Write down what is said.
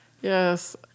yes